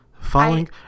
following